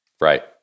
Right